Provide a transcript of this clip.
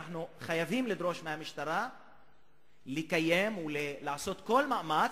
אנחנו חייבים לדרוש מהמשטרה לקיים ולעשות כל מאמץ,